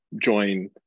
join